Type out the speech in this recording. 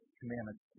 commandments